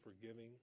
forgiving